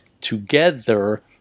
together